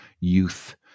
youth